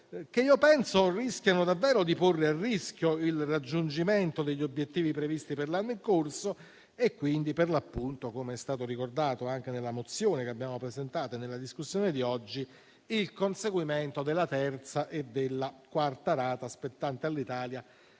che io penso possano davvero porre a rischio il raggiungimento degli obiettivi previsti per l'anno in corso e quindi, come è stato ricordato anche nella mozione che abbiamo presentato e nella discussione di oggi, il conseguimento della terza e della quarta rata spettante all'Italia